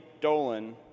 Dolan